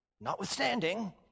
notwithstanding